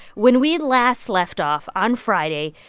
when we last left off, on friday,